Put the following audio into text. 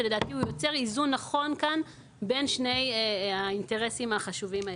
שלדעתי הוא יוצר כאן איזון נכון בין שני האינטרסים החשובים האלה.